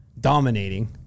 dominating